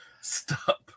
Stop